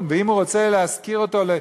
אז אם הוא רוצה להכניס אורח לא אומרים לו כלום,